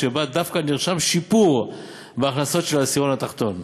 שבה דווקא נרשם שיפור בהכנסות של העשירון התחתון.